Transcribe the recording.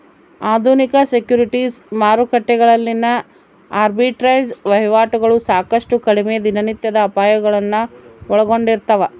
ಆಧುನಿಕ ಸೆಕ್ಯುರಿಟೀಸ್ ಮಾರುಕಟ್ಟೆಗಳಲ್ಲಿನ ಆರ್ಬಿಟ್ರೇಜ್ ವಹಿವಾಟುಗಳು ಸಾಕಷ್ಟು ಕಡಿಮೆ ದಿನನಿತ್ಯದ ಅಪಾಯಗಳನ್ನು ಒಳಗೊಂಡಿರ್ತವ